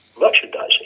merchandising